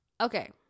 Okay